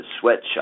sweatshop